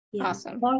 awesome